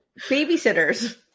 babysitters